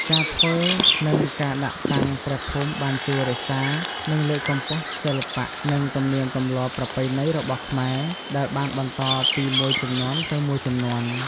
ការធ្វើ និងការដាក់តាំងព្រះភូមិបានជួយរក្សានិងលើកកម្ពស់សិល្បៈ និងទំនៀមទម្លាប់ប្រពៃណីរបស់ខ្មែរ ដែលបានបន្តពីមួយជំនាន់ទៅមួយជំនាន់។